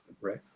Right